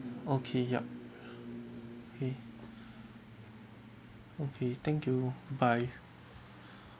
okay yup okay okay thank you bye